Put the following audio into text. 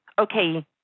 okay